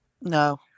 No